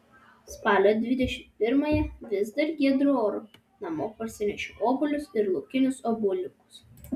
spalio dvidešimt pirmąją vis dar giedru oru namo parsinešiau obuolius ir laukinius obuoliukus